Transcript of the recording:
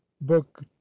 book